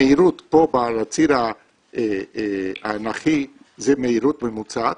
המהירות פה בציר האנכי זה מהירות ממוצעת,